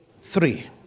Three